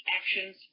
actions